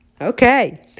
Okay